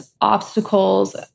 obstacles